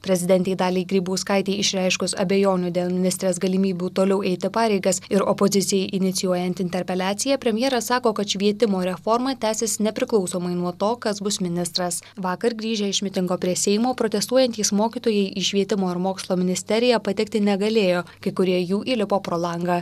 prezidentei daliai grybauskaitei išreiškus abejonių dėl ministrės galimybių toliau eiti pareigas ir opozicijai inicijuojant interpeliaciją premjeras sako kad švietimo reforma tęsis nepriklausomai nuo to kas bus ministras vakar grįžę iš mitingo prie seimo protestuojantys mokytojai į švietimo ir mokslo ministeriją patekti negalėjo kai kurie jų įlipo pro langą